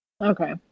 Okay